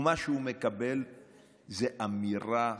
ומה שהוא מקבל זו אמירה,